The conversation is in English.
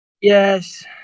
Yes